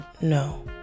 No